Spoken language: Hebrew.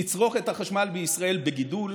תצרוכת החשמל בישראל בגידול.